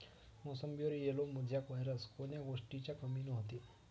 मोसंबीवर yellow mosaic virus कोन्या गोष्टीच्या कमीनं होते?